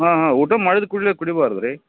ಹಾಂ ಹಾಂ ಊಟ ಮಾಡಿದ ಕೂಡಲೆ ಕುಡಿಬಾರ್ದು ರೀ